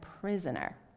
prisoner